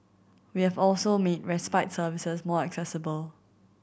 we have also made respite services more accessible